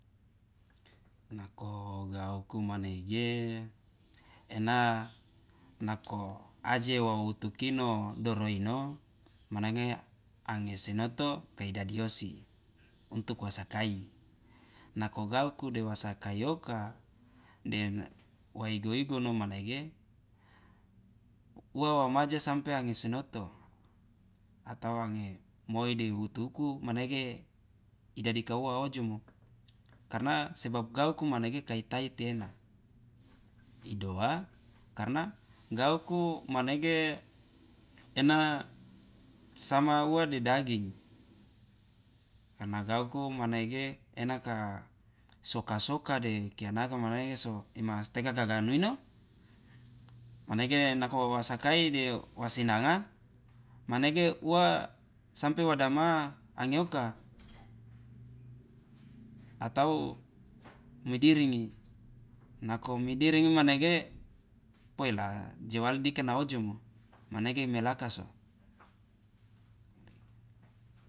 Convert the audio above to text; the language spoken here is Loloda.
Nako gauku manege ena nako aje wa utukino doro ino manege ange sinoto kai dadi osi untuk wo sakai nako gauku de wo sakai oka de wa igo- igono manege uwa wa maja sampe ange sinoto atau ange moi de wutuku manege idadi kauwa wa ojomo karna sebab gauku manege kai taiti ena idoa karna gauku manege ena sama uwa de daging karna gauku manege ena ka soka soka de kianaga manege so imasteke kaganu ino manege nako wa sakai de wasinanga manege uwa sampe wa dama angeoka atau midiringi nako midiringi manege poila jewal dika na ojomo manege imelaka so.